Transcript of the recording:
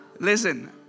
Listen